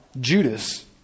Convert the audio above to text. Judas